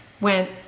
went